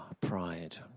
pride